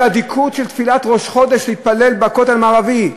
והם באים באדיקות להתפלל תפילת ראש חודש בכותל המערבי,